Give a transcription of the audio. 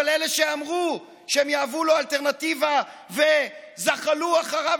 אבל אלה שאמרו שהם יהוו לו אלטרנטיבה וזחלו אחריו,